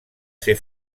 ser